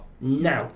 now